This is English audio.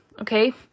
okay